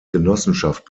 genossenschaft